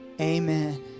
amen